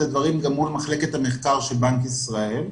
הדברים גם מול מחלקת המחקר של בנק ישראל.